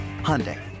Hyundai